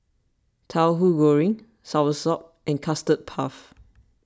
Tauhu Goreng Soursop and Custard Puff